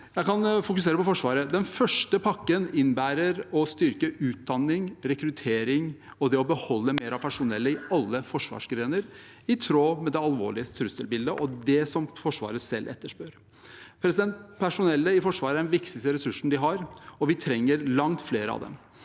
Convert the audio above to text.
Jeg kan fokusere på Forsvaret. Den første pakken innebærer å styrke utdanning, rekruttering og det å beholde mer av personellet i alle forsvarsgrener, i tråd med det alvorlige trusselbildet og det som Forsvaret selv etterspør. Personellet i Forsvaret er den viktigste ressursen de har, og vi trenger langt flere av dem.